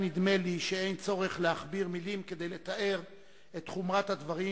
נדמה לי שאין צורך להכביר מלים כדי לתאר את חומרת הדברים,